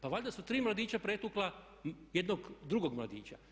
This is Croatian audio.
Pa valjda su tri mladića pretukla jednog drugog mladića.